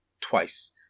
twice